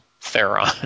theron